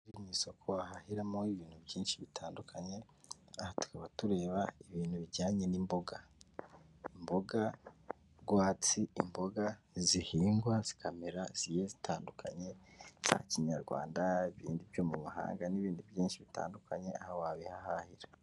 Mu isoko wahahiramo ibintu byinshi bitandukanye; aha tukaba tureba ibintu bijyanye n'imboga. Imboga rwatsi ni imboga zihingwa zikamera zigiye zitandukanye za kinyarwanda; ibindi byo mu mahanga n'ibindi byinshi bitandukanye aho wabihahira.